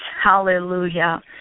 Hallelujah